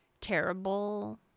terrible